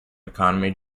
economy